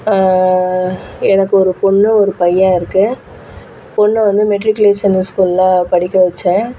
எனக்கு ஒரு பெண்ணு ஒரு பையன் இருக்குது பெண்ணை வந்து மெட்ரிக்குலேஷனு ஸ்கூலில் படிக்க வைச்சேன்